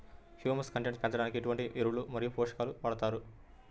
Humus content పెంచడానికి ఎటువంటి ఎరువులు మరియు పోషకాలను వాడతారు?